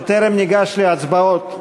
בטרם ניגש להצבעות,